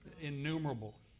innumerable